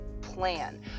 plan